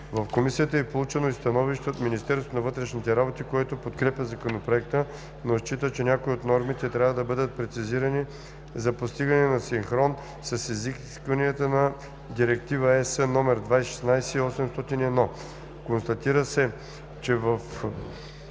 В Комисията е получено и становище от Министерство на вътрешните работи, което подкрепя Законопроекта, но счита че някои от нормите трябва да бъдат прецизирани за постигане на синхрон с изискванията на Директива (ЕС) № 2016/801. Констатира се, че в